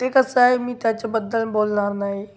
ते कसं आहे मी त्याच्याबद्दल बोलणार नाही